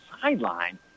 sideline